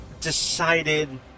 decided